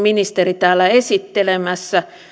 ministeri täällä esittelemässä